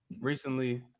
recently